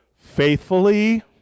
faithfully